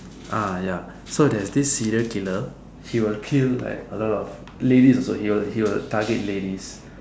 ah ya so there's this serial killer he will kill like a lot of ladies also he will he will target ladies